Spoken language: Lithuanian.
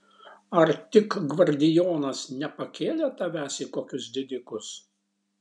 ar tik gvardijonas nepakėlė tavęs į kokius didikus